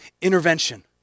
intervention